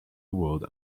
road